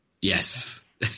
Yes